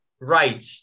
right